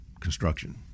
construction